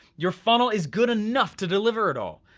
your funnel is good enough to deliver it all.